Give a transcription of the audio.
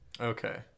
Okay